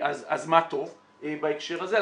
אז מה טוב, בהקשר הזה.